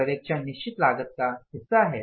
पर्यवेक्षण निश्चित लागत का हिस्सा है